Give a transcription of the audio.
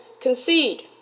concede